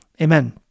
Amen